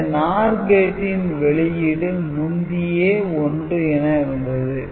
இந்த NOR கேட்டின் வெளியீடு முந்தியே 1 என இருந்தது